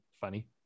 funny